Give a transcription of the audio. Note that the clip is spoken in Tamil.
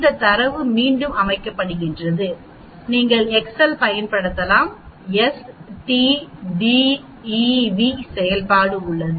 இந்த தரவு மீண்டும் அமைக்கப்படுகிறது நீங்கள் எக்செல் பயன்படுத்தலாம் s t d e v செயல்பாடு உள்ளது